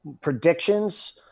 predictions